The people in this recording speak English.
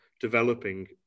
developing